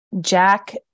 Jack